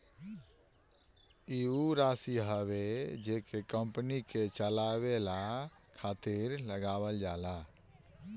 ई ऊ राशी हवे जेके कंपनी के चलावे खातिर लगावल जाला